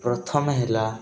ପ୍ରଥମେ ହେଲା